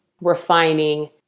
refining